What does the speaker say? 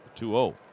2-0